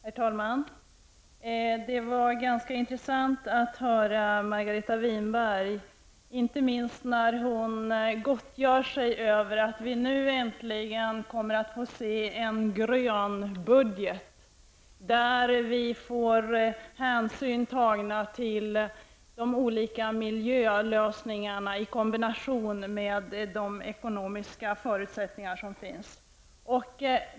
Herr talman! Det var ganska intressant att höra Margareta Winberg, inte minst när hon gottgjorde sig över att vi nu äntligen kommer att få se en grön budget, där hänsyn kommer att tas till de olika miljölösningarna i kombination med de ekonomiska förutsättningar som finns.